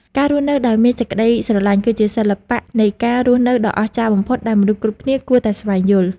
ការរស់នៅដោយមានសេចក្តីស្រឡាញ់ គឺជាសិល្បៈនៃការរស់នៅដ៏អស្ចារ្យបំផុតដែលមនុស្សគ្រប់គ្នាគួរតែស្វែងយល់។